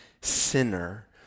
sinner